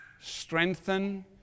strengthen